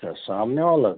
अच्छा सामने वाला